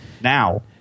now